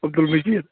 Abdul Majeed